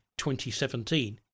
2017